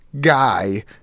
guy